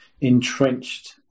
entrenched